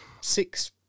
six